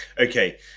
Okay